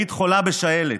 היית חולה בשעלת,